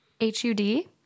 H-U-D